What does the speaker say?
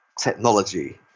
technology